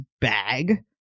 bag